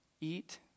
eat